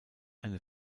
eine